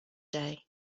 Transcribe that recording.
day